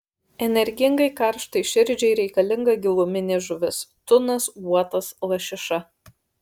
energingai karštai širdžiai reikalinga giluminė žuvis tunas uotas lašiša